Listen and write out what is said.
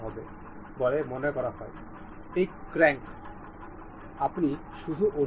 এই ক্র্যাঙ্ক আপনি শুধু অনুমান করতে পারেন যে এই শ্যাফটের জন্য এই ক্র্যাঙ্ক কেসিং স্থির করার জন্য এটি কী সম্পর্ক হওয়া দরকার